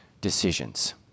decisions